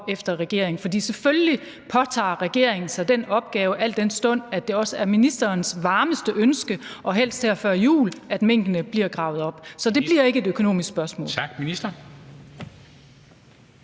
efter regeringen. For selvfølgelig påtager regeringen sig den opgave, al den stund at det også er ministerens varmeste ønske, og helst her før jul, at minkene bliver gravet op – så det bliver ikke et økonomisk spørgsmål. Kl.